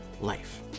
life